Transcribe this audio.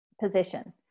position